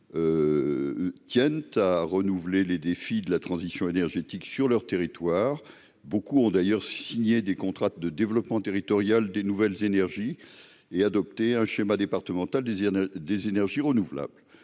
tiennent à relever les défis de la transition énergétique sur leur territoire. Ils sont d'ailleurs nombreux à avoir signé des contrats de développement territorial des énergies renouvelables et adopté un schéma départemental des énergies renouvelables.